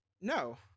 no